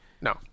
No